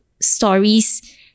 stories